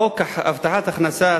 חוק הבטחת הכנסה,